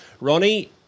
Ronnie